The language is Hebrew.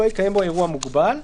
לא יקיים בו אירוע מוגבל,